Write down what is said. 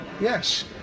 Yes